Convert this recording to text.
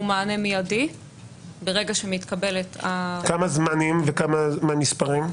מענה מידי ברגע שמתקבלת --- כמה זמנים וכמה מספרים?